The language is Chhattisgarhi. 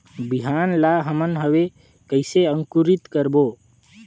बिहान ला हमन हवे कइसे अंकुरित करबो?